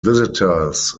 visitors